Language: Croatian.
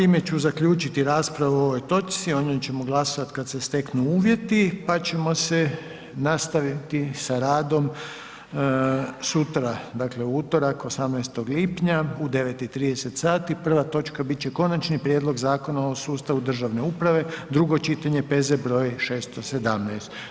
Time ću zaključiti raspravu o ovoj točci o njoj ćemo glasovati kad se steknu uvjeti, pa ćemo se nastaviti sa radom sutra, dakle u utorak 18. lipnja u 9 i 30 sati, prva točka bit će Konačni prijedlog Zakona o sustavu državne uprave, drugo čitanje, P.Z. broj 617.